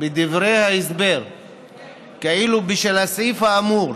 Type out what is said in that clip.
בדברי ההסבר כאילו בשל הסעיף האמור